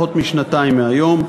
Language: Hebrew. משנתיים מהיום.